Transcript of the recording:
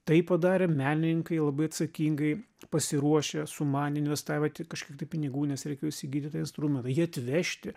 tai padarė menininkai labai atsakingai pasiruošę sumanę investavę kažkiek tai pinigų nes reikėjo įsigyti tą instrumentą jį atvežti